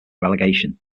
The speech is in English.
relegation